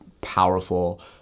powerful